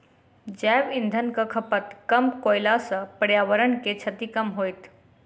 जैव इंधनक खपत कम कयला सॅ पर्यावरण के क्षति कम होयत